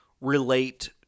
relate